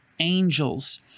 angels